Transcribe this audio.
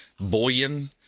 bullion